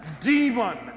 demon